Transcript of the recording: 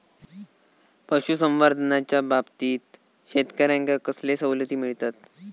पशुसंवर्धनाच्याबाबतीत शेतकऱ्यांका कसले सवलती मिळतत?